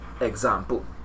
Example